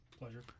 Pleasure